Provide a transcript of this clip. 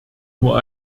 nur